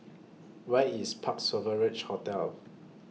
Where IS Parc Sovereign Hotel